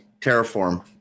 Terraform